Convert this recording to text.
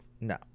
No